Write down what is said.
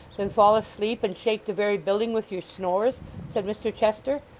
than fall asleep, and shake the very building with your snores said mr chester.